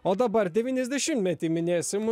o dabar devyniasdešimtmetį minėsim